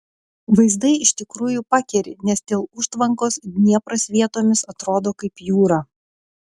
vaizdai iš tikrųjų pakeri nes dėl užtvankos dniepras vietomis atrodo kaip jūra